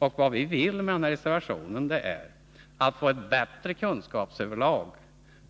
Vad vi vill åstadkomma genom reservationen är ett bättre kunskapsunderlag